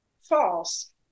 false